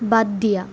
বাদ দিয়া